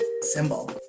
symbol